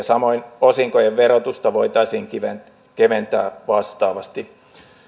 samoin osinkojen verotusta voitaisiin keventää vastaavasti